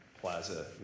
plaza